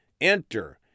enter